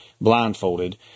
blindfolded